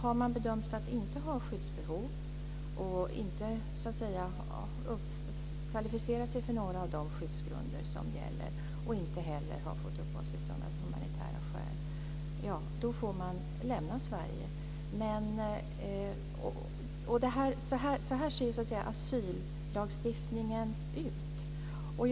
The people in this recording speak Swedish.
Har man bedömts att inte ha skyddsbehov, inte kvalificerar sig för några av de skyddsgrunder som gäller och inte heller har fått uppehållstillstånd av humanitära skäl, då får man lämna Sverige. Så ser asyllagstiftningen ut.